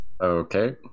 Okay